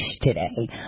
today